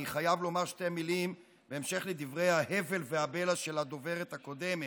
אני חייב לומר שתי מילים בהמשך לדברי ההבל והבלע של הדוברת הקודמת.